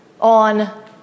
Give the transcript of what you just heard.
on